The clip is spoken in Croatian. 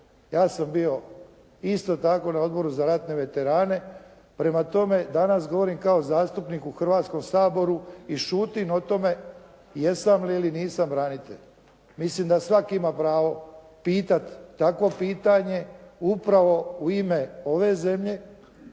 Ja sam bio isto tako na Odboru za ratne veterane, prema tome danas govorim kao zastupnik u Hrvatskom saboru i šutim o tome jesam li ili nisam branitelj. Mislim da svak' ima pravo pitati takvo pitanje upravo u ime ove zemlje,